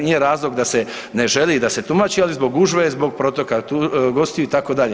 Nije razlog da se ne želi da se tumači, ali zbog gužve, zbog protoka gostiju itd.